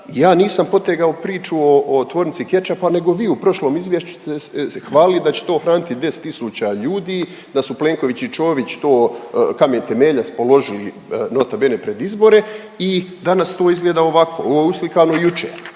ja nisam potegao priču o tvornici kečapa nego vi u prošlom izvješću ste se hvalili da će to hraniti 10 tisuća ljudi, da su Plenković i Čović to kamen temeljac položili nota bene pred izbore i danas to izgleda ovako. Ovo je uslikano jučer.